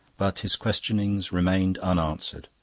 but his questionings remained unanswered.